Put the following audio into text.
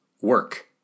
work